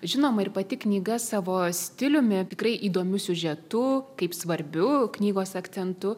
žinoma ir pati knyga savo stiliumi tikrai įdomiu siužetu kaip svarbiu knygos akcentu